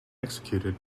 executed